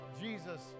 Jesus